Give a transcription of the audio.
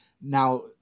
Now